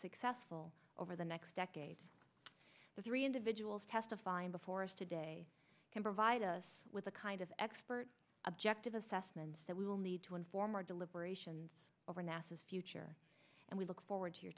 successful over the next decade the three individuals testifying before us today can provide us with the kind of expert objective assessments that we will need to inform our deliberations over nasa's future and we look forward to your